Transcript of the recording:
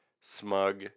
smug